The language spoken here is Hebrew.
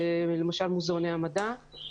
למשל מוזיאוני המודע,